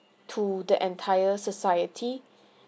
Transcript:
to the entire society